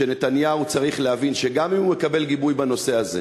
שנתניהו צריך להבין שגם אם הוא יקבל גיבוי בנושא הזה,